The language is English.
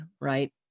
right